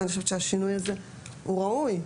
אני חושבת שהשינוי הזה הוא ראוי.